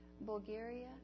Bulgaria